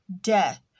death